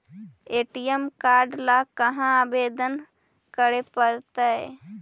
ATM card ल कहा आवेदन करे पड़तै?